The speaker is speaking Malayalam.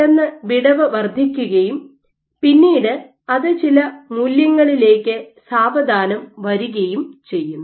പെട്ടെന്ന് വിടവ് വർദ്ധിക്കുകയും പിന്നീട് അത് ചില മൂല്യങ്ങളിലേക്ക് സാവധാനം വരുകയും ചെയ്യുന്നു